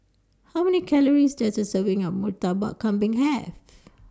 How Many Calories Does A Serving of Murtabak Kambing Have